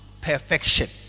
perfection